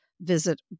visit